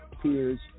peers